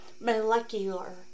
Molecular